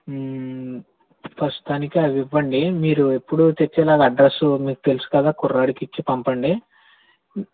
ప్రస్తుతానికి అవి ఇవ్వండి మీరు ఎప్పుడు తెచ్చెలాగా అడ్రెస్సు మీకు తెలుసు కదా కుర్రాడికి ఇచ్చి పంపండి